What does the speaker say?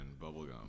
bubblegum